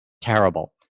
terrible